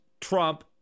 Trump